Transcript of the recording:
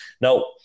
Now